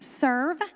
serve